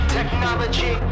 Technology